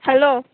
hello